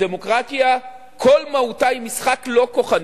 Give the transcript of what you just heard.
הדמוקרטיה, כל מהותה היא משחק לא כוחני.